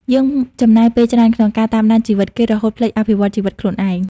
យើងចំណាយពេលច្រើនក្នុងការ "តាមដានជីវិតគេ" រហូតភ្លេច "អភិវឌ្ឍជីវិតខ្លួនឯង"។